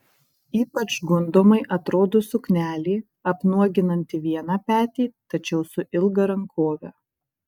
ypač gundomai atrodo suknelė apnuoginanti vieną petį tačiau su ilga rankove